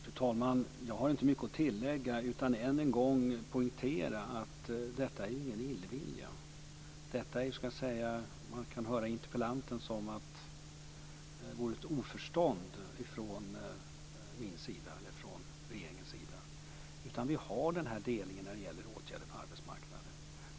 Fru talman! Jag har inte mycket att tillägga, utan jag vill bara ännu en gång poängtera att det inte handlar om illvilja. Om man lyssnar på interpellanten verkar det handla om oförstånd från min och regeringens sida men så är det inte. Vi har den här delningen när det gäller åtgärder på arbetsmarknaden.